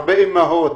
הרבה אימהות,